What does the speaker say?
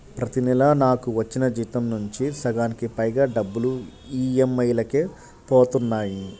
ప్రతి నెలా నాకు వచ్చిన జీతం నుంచి సగానికి పైగా డబ్బులు ఈఎంఐలకే పోతన్నాయి